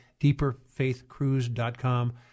deeperfaithcruise.com